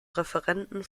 referenden